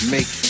Make